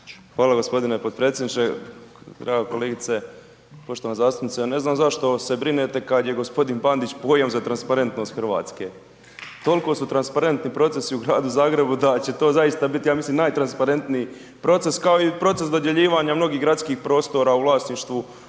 Hvala g. potpredsjedniče. Evo kolegice, poštovana zastupnice, ja ne znam zašto se brinete kad je g. Bandić pojam za transparentnost RH, tolko su transparenti procesi u Gradu Zagrebu da će to zaista bit ja mislim najtransparentniji proces, kao i proces dodjeljivanja mnogih gradskih prostora u vlasništvu